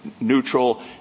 neutral